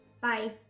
Bye